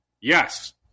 yes